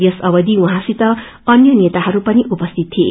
यस अवधि उहाँसित अन्य नेताहरू पनि उपस्थित थिए